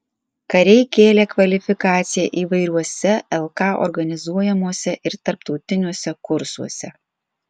kariai kėlė kvalifikaciją įvairiuose lk organizuojamuose ir tarptautiniuose kursuose